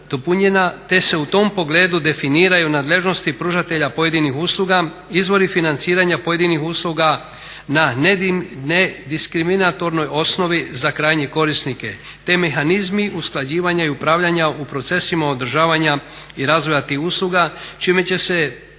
te se u tom pogledu definiraju nadležnosti pružatelja pojedinih usluga, izvori financiranja pojedinih usluga na ne diskriminatornoj osnovi za krajnje korisnike, te mehanizmi usklađivanja i upravljanja u procesima održavanja i razvoja tih usluga čime će se